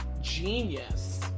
genius